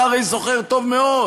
אתה הרי זוכר טוב מאוד: